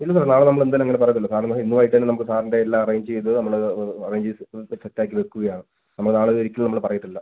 ഇല്ല സാറേ നാളെ നമ്മൾ എന്തായാലും അങ്ങനെ പറയില്ലല്ലോ സാറിന് ഇന്ന് വൈകീട്ട് തന്നെ നമുക്ക് സാറിൻ്റെ എല്ലാം അറേഞ്ച് ചെയ്ത് നമ്മൾ അത് അറേഞ്ച് ചെയ്ത് സെറ്റ് ആക്കി വയ്ക്കുകയാണ് നമ്മൾ നാളെ അതൊരിക്കലും നമ്മൾ പറയത്തില്ല